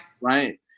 Right